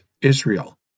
Israel